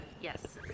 Yes